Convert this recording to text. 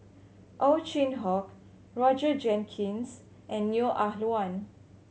Ow Chin Hock Roger Jenkins and Neo Ah Luan